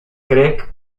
craig